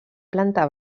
planta